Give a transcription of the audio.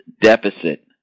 deficit